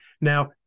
Now